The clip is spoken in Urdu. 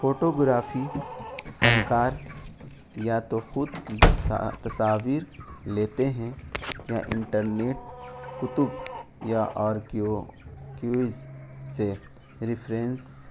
فوٹوگررافی فنکار یا تو خود تصاویر لیتے ہیں یا انٹرنیٹ کتب یا اورکیوکیوز سے ریفرینس